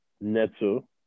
Neto